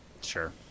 Sure